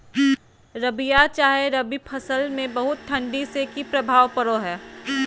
रबिया चाहे रवि फसल में बहुत ठंडी से की प्रभाव पड़ो है?